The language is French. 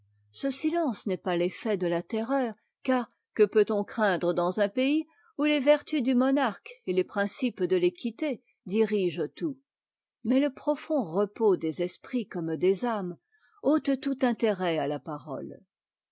ce sttenee n'est pas l'effet de la terreur car que peut-on craindre dans un pays où les vertus du monarque et les principes de l'équité dirigent tout mais le profond repos des esprits comme des âmes ôte tout intérêt à la parole